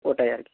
ওটাই আর কি